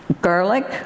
garlic